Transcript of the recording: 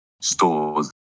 stores